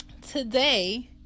Today